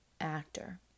Actor